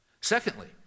Secondly